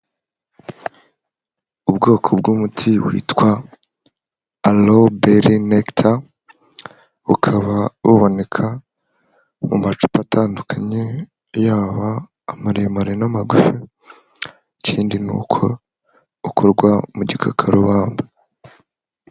Ubwoko bw'umuti witwa aroberi nekita bukaba buboneka mu macupa atandukanye yaba amaremare n'amagufi, ikindi ni uko ukorwa mu gikakarubamba.